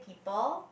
Ipoh